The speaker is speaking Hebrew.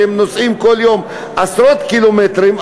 שנוסעים כל יום עשרות קילומטרים,